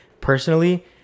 personally